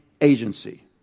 agency